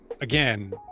again